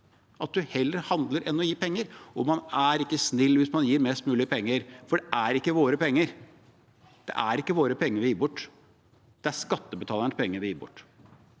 at man heller handler enn å gi penger. Og man er ikke snill hvis man gir mest mulig penger, for det er ikke våre penger. Det er ikke våre penger vi gir bort, det er skattebetalernes penger vi gir bort,